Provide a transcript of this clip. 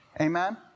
Amen